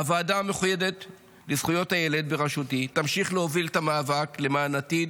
הוועדה המיוחדת לזכויות הילד בראשותי תמשיך להוביל את המאבק למען עתיד